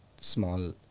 small